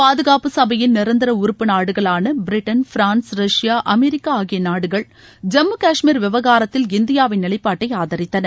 பாதுகாப்பு சபையின் நிரந்தர உறுப்பு நாடுகளான பிரிட்டன் பிரான்ஸ் ரஷ்யா அமெரிக்கா ஆகிய நாடுகள் ஜம்மு கஷ்மீர் விவகாரத்தில் இந்தியாவின் நிலைப்பாட்டை ஆதரித்தன